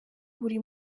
buri